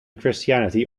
christianity